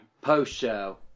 post-show